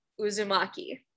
Uzumaki